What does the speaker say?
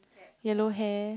yellow hair